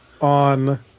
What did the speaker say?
on